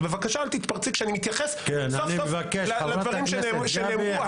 אז בבקשה אל תתפרצי כשאני מתייחס סוף סוף לדברים שנאמרו,